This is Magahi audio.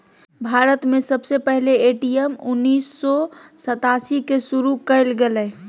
भारत में सबसे पहले ए.टी.एम उन्नीस सौ सतासी के शुरू कइल गेलय